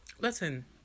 Listen